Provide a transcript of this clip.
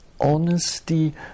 honesty